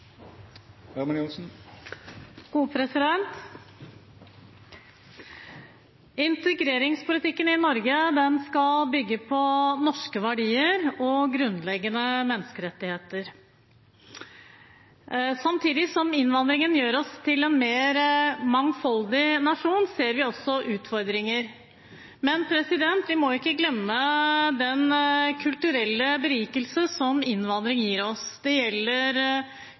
Integreringspolitikken i Norge skal bygge på norske verdier og grunnleggende menneskerettigheter. Samtidig som innvandringen gjør oss til en mer mangfoldig nasjon, ser vi også utfordringer, men vi må ikke glemme den kulturelle berikelsen som innvandring gir oss. Det gjelder